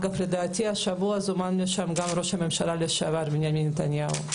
לדעתי השבוע זומן לשם גם ראש הממשלה לשעבר בנימין נתניהו.